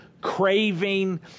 craving